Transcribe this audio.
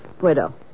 Widow